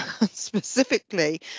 specifically